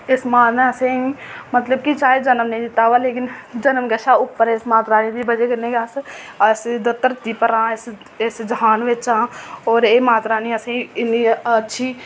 इस मां नै असेंगी चाहे जनम नेईं दित्ते दा होऐ जनम कशा उप्पर इस माता रानी दी बजह् कन्नै गै अस इस धरती पर आं इस जहान बिच आं होर एह् माता रानी असेंगी इन्नी अच्छी